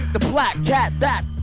the black cat that